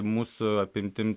mūsų apimtim